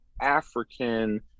African